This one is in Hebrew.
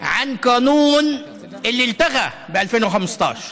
על חוק שהתבטל ב-2015.)